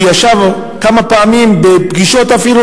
הוא ישב כמה פעמים בפגישות שאפילו